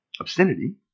obscenity